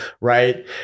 right